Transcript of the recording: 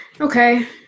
okay